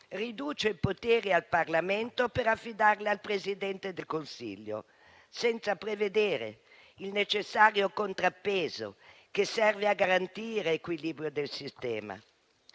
riduce i poteri al Parlamento per affidarli al Presidente del Consiglio, senza prevedere il necessario contrappeso che serve a garantire l'equilibrio del sistema.